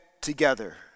together